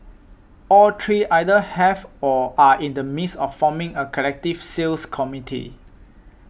all three either have or are in the midst of forming a collective sales committee